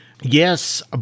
Yes